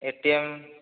ATM